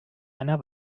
einer